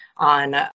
on